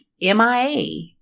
MIA